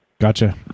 Gotcha